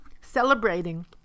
celebrating